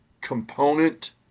component